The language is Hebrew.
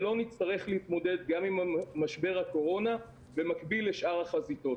שלא נצטרך להתמודד גם עם משבר הקורונה במקביל לשאר החזיתות.